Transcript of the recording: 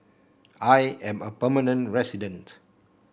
I am a permanent resident